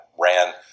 ran